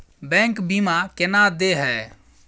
Bank बीमा केना देय है?